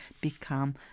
become